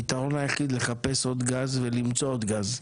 הפתרון היחיד לחפש עוד גז ולמצוא עוד גז.